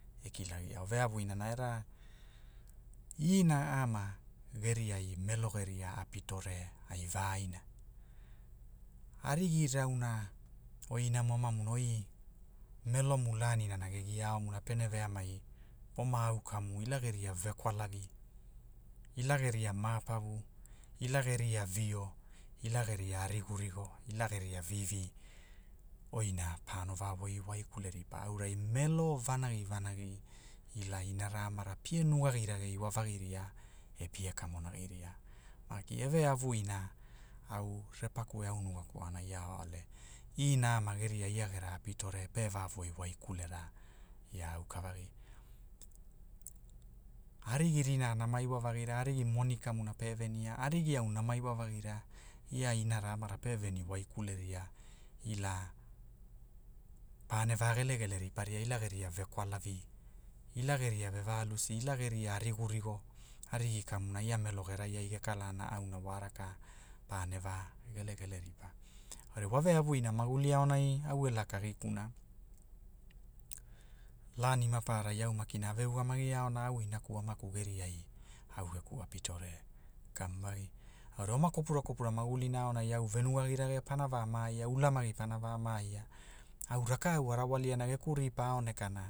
E kilagiao veavuina na era, ina ama, geriai melo geria apitore ai vaiina, arigi rauna, oi inam- amamuna oi, melomu lanirana ge gia aomuna pene veamai, po ma au kama ilageria vekwalagi, ila maa lavu, ila geria vio, ila geria arigurigu, ila geria vivi, oina pano va woi waikule ria aurai melo vanagi vanagi, ila inara amara pie nugagi rageiwa vagiria, e pia kamonagiria, maki e veavuina, au repaku e au nugaku aonai ao- ole, ina ama geriai ia gera api tore pe va woiwaikulera, ia aukavagi, arigi rinaa namaiwavagira arigi moni kamuna pe venia arigi au nama iwavagira, ia inara anara pe veni waikule ria, ila, pane va gelegeri riparia ila geria vekwalavi, ila geria ve va lusi ila geria arigurigu, arigi kamuna ia melo gerai ai ge kalana auna wa raka, pane vaigelegele ri pa, aurai wa vea vuina wo maguli aonai a e lakagikuna, lani mapararai au makina a ve ugamagi aona au inaku amaku geriai, au eku apitore, kamvagi, aurai oma kopura kopura magulina aunai au ve- nugagirage pana va maaia ulamagi pana va maaia, au rakau arawaliana geku ripa aonekana